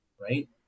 right